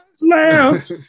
laugh